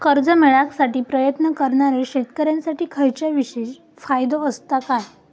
कर्जा मेळाकसाठी प्रयत्न करणारो शेतकऱ्यांसाठी खयच्या विशेष फायदो असात काय?